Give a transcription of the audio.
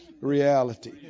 reality